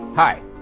Hi